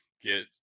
get